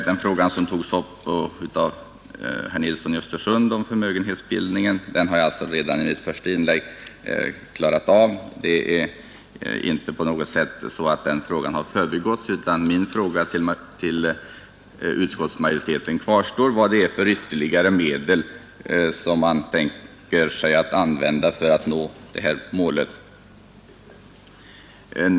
Den fråga som togs upp av herr Nilsson i Östersund om förmögenhetsbildningen har jag redan klarat av i mitt första inlägg; den saken har inte på något sätt förbigåtts. Min fråga till utskottsmajoriteten kvarstår alltså: Vad är det för ytterligare medel som man tänkter sig att använda för att nå målet?